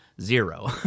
zero